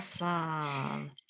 Awesome